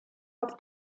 auf